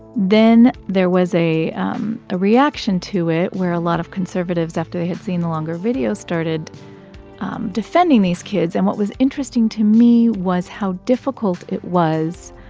then there was a um a reaction to it where a lot of conservatives, after they had seen the longer video, started defending these kids. and what was interesting to me was how difficult it was